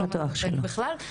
זה לא מספק בכלל.